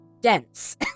dense